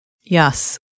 Yes